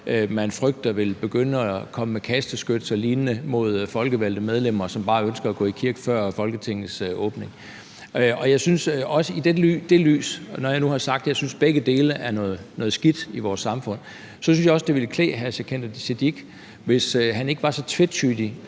man frygter vil begynde at komme med kasteskyts og lignende mod folkevalgte medlemmer, som bare ønsker at gå i kirke før Folketingets åbning. I det lys, når jeg nu har sagt, at jeg synes, at begge dele er noget skidt i vores samfund, synes jeg også, det ville klæde hr. Sikandar Siddique, hvis han ikke var så tvetydig